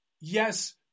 yes